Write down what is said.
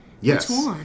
Yes